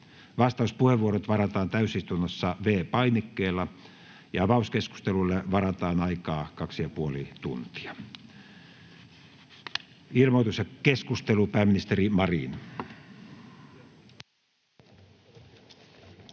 Vastauspuheenvuorot varataan täysistunnossa V-painikkeella. Avauskeskustelulle varataan aikaa kaksi ja puoli tuntia. — Ilmoitus ja keskustelu, pääministeri Marin.